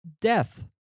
death